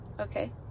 Okay